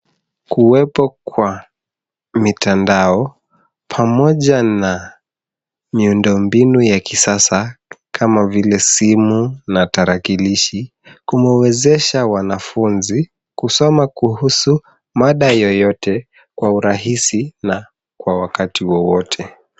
Kuwepo na mitandao pamoja na miundombinu ya kisasa kama vile simu na tarakilishi kumewezesha wanafunzi kusoma kuhusu mada yoyote kwa urahisi na kwa wakati wowote.